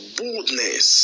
boldness